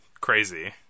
Crazy